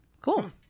Cool